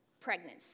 pregnancy